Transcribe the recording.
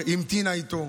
והמתינה איתו.